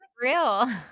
real